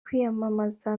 kwiyamamaza